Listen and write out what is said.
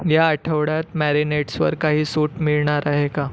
या आठवड्यात मॅरिनेट्सवर काही सूट मिळणार आहे का